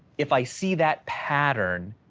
if i see that pattern,